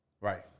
Right